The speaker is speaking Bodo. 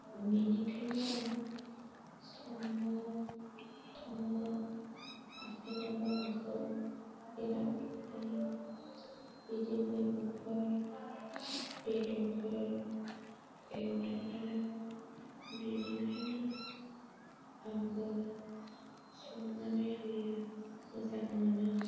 बिनिखायनो आं संनो थाङो हासबेन्ड आबो आंखौ बेराद बाख्नायो बिदि मैगंफोर बेदरफोर एवनायफोराव बिनिखायनो आंबो संनानै होयो मोजां मोनो